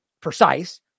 precise